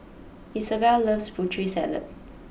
Isabell loves Putri Salad